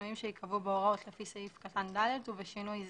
בשינויים שייקבעו בהוראות לפי סעיף קטן (ד) ובשינוי זה: